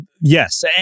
Yes